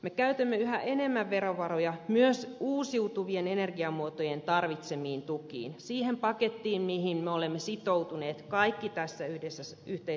me käytämme yhä enemmän verovaroja myös uusiutuvien energiamuotoja tarvitsemiin tukiin siihen pakettiin mihin me olemme sitoutuneet kaikki tässä yhteisessä salissa